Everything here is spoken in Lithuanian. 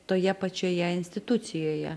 toje pačioje institucijoje